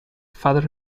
father